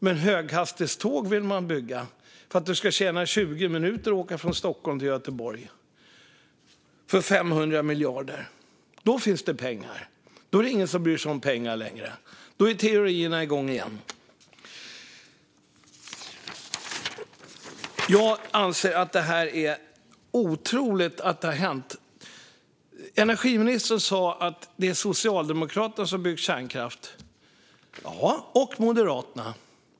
Men höghastighetsjärnväg vill man bygga, för att tjäna 20 minuter när man åker från Stockholm till Göteborg, för 500 miljarder. Då finns det pengar. Då är det ingen som bryr sig om pengar längre. Då är teorierna igång igen. Jag anser att det är otroligt att detta har hänt. Energiministern sa att det är Socialdemokraterna som har byggt kärnkraft - ja, och Moderaterna.